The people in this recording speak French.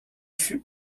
fut